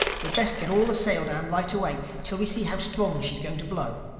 we'd best get all the sail down right away, till we see how strong she's going to blow.